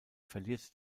verliert